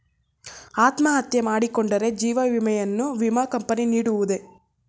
ಅತ್ಮಹತ್ಯೆ ಮಾಡಿಕೊಂಡರೆ ಜೀವ ವಿಮೆಯನ್ನು ವಿಮಾ ಕಂಪನಿ ನೀಡುವುದೇ?